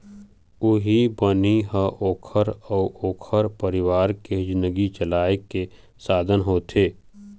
उहीं बनी ह ओखर अउ ओखर परिवार के जिनगी चलाए के साधन होथे